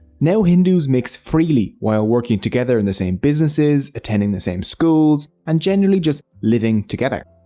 now hindus mix freely, while working together in the same businesses, attending the same schools, and generally just living together.